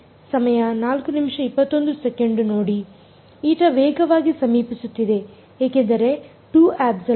η ವೇಗವಾಗಿ ಸಮೀಪಿಸುತ್ತಿದೆ ಏಕೆಂದರೆ 2ε